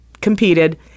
competed